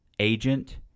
Agent